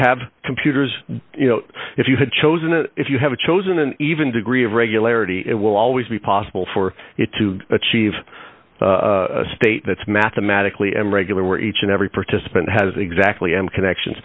have computers you know if you had chosen and if you have chosen an even degree of regularity it will always be possible for you to achieve a state that's mathematically and regular where each and every participant has exactly m connections